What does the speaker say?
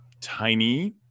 tiny